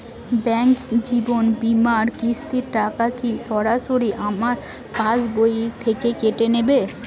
Bank জীবন বিমার কিস্তির টাকা কি সরাসরি আমার পাশ বই থেকে কেটে নিবে?